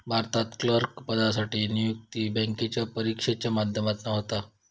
भारतात क्लर्क पदासाठी नियुक्ती बॅन्केच्या परिक्षेच्या माध्यमातना होता